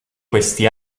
questi